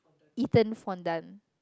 eaten fondant